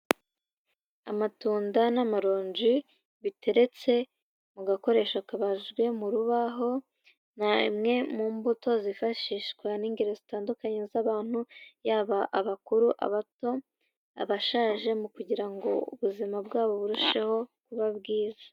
Amatunda n'amaronji biteretse mu gakoresho kabajwe mu rubaho, ni amwe mu mbuto zifashishwa n'ingeri zitandukanye z'abantu, yaba abakuru, abato, abashaje, mu kugira ngo ubuzima bwabo burusheho kuba bwiza.